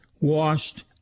washed